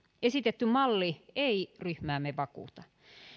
esitetty malli ei ryhmäämme vakuuta